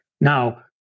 Now